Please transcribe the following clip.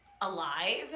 alive